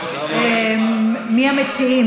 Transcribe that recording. מי המציעים?